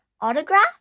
autograph